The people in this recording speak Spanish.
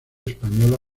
española